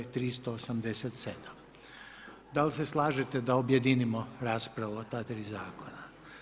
PZ 387; Dali se slažete da objedinimo raspravu o ta tri zakona?